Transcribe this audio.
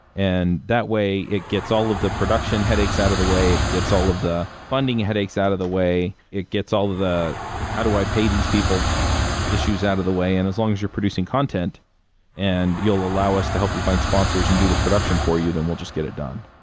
and that way, it gets all of the production headaches out of the way. it gets all of the funding headaches out of the way. it gets all how do i pay these people issues out of the way. and as long as you're producing content and you'll allow us to help you find sponsors and do the production for you, then we'll just get it done.